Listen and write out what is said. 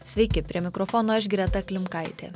sveiki prie mikrofono aš greta klimkaitė